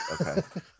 Okay